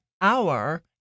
hour